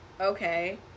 okay